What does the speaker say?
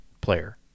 player